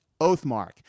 Oathmark